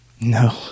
No